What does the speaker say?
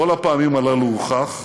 בכל הפעמים הללו הוכח,